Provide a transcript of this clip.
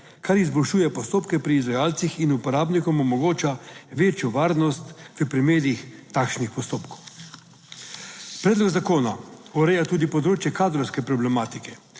kar izboljšuje postopke pri izvajalcih in uporabnikom omogoča večjo varnost v primerih takšnih postopkov. Predlog zakona ureja tudi področje kadrovske problematike,